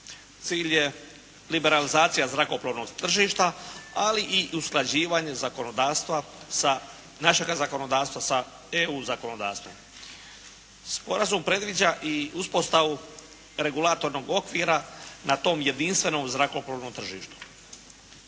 cilj je liberalizacija zrakoplovnog tržišta, ali i usklađivanje zakonodavstva sa, našega zakonodavstva sa EU zakonodavstvom. Sporazum predviđa i uspostavu regulatornog okvira na tom jedinstvenom zrakoplovnom tržištu.